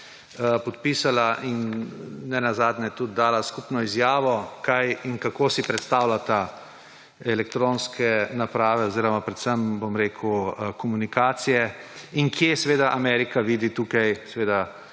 podpisala in nenazadnje tudi dala skupno izjavo, kaj in kako si predstavljata elektronske naprave oziroma predvsem komunikacije in kje Amerika vidi tukaj resno